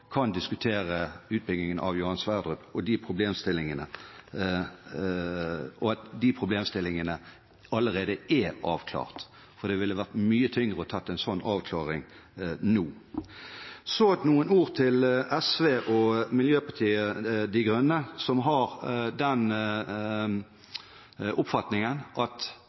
kan diskutere utbyggingen av Johan Sverdrup – at de problemstillingene allerede er avklart. Det ville ha vært mye tyngre å ta en sånn avklaring nå. Så noen ord til SV og Miljøpartiet De Grønne, som har den oppfatningen at